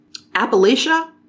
Appalachia